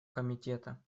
комитета